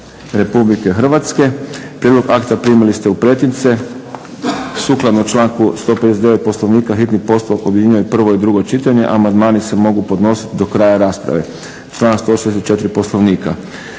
Republike Hrvatske. Prijedlog akta primili ste u pretince. Sukladno članku 159. Poslovnika hitni postupak objedinjuje prvo i drugo čitanje. Amandmani se mogu podnositi do kraja rasprave, članak 164. Poslovnika.